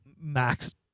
Max